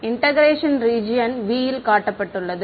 integration region V ல் காட்டப்பட்டுள்ளது